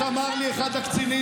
איך אמר לי אחד הקצינים?